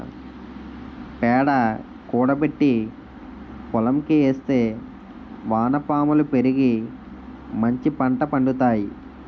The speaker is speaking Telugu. పేడ కూడబెట్టి పోలంకి ఏస్తే వానపాములు పెరిగి మంచిపంట పండుతాయి